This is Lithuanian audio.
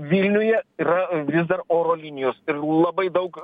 vilniuje yra vis dar oro linijos ir labai daug